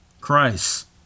Christ